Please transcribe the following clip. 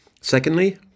Secondly